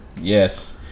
Yes